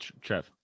Trev